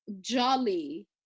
jolly